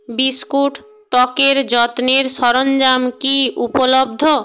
biscuit ত্বকের যত্নের সরঞ্জাম কি উপলব্ধ